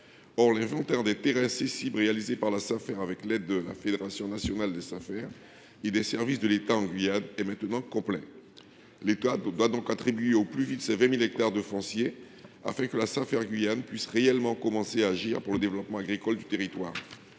Or l’inventaire des terrains cessibles, réalisé par la Safer avec l’aide de la Fédération nationale des Safer (FNSafer) et des services de l’État en Guyane, est maintenant complet. L’État doit donc attribuer au plus vite les 20 000 hectares prévus afin que la Safer de Guyane puisse réellement œuvrer au développement agricole du territoire.